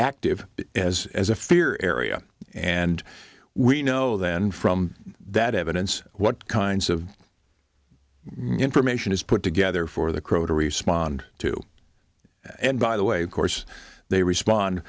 active as as a fear area and we know then from that evidence what kinds of information is put together for the crow to to respond and by the way of course they respond